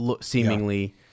seemingly